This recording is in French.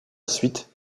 suite